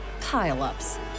pile-ups